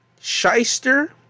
shyster